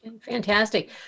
Fantastic